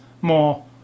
more